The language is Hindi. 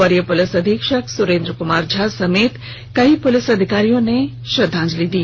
वरीय पुलिस अधीक्षक सुरेंद्र कुमार झा समेत कई पुलिस अधिकारियों ने श्रद्धांजलि दी